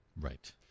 Right